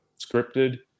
scripted